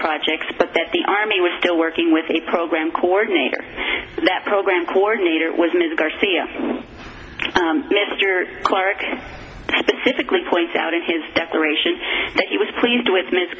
projects but that the army was still working with the program coordinator that program coordinator was ms garcia mr clarke specifically points out of his declaration that he was pleased with m